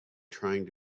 trying